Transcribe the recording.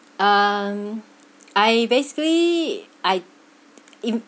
um I basically I in~